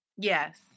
Yes